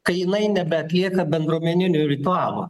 kai jinai nebeatlieka bendruomeninio ritualo